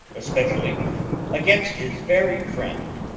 especially against his very friend.